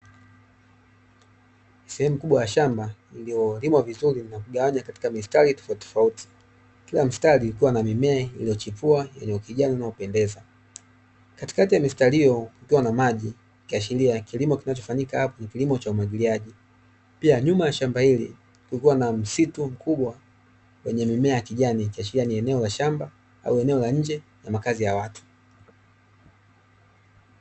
Sehemu kubwa ya shamba iliyolimwa vizuri na kugawanya katika mistari tofauti tofauti. Kila mstari ukiwa na mimea iliyochipua yenye ukijani unaopendeza, katikati ya mistari hiyo kukiwa na maji ikiashiria kilimo kinachofanyika hapo ni kilimo cha umwagiliaji. Pia nyuma ya shamba hili kukiwa na msitu mkubwa wenye mimea ya kijani ikiashiria ni eneo la shamba au eneo la nje la makazi ya watu.